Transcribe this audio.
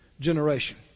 generation